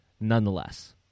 nonetheless